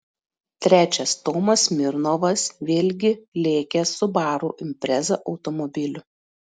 trečias tomas smirnovas vėlgi lėkęs subaru impreza automobiliu